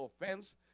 offense